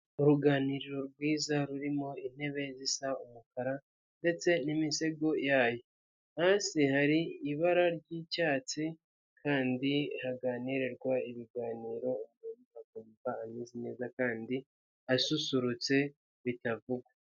Uruganiriro rwiza rurimo intebe zisa umukara ndetse n'imisego yayo, hasi hari ibara ry'icyatsi kandi haganirirwa ibiganiro umuntu akumva ameze neza kandi asusurutse bitavugwa.